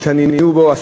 התעניינו בו,